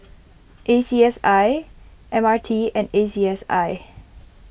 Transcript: A C S I M R T and A C S I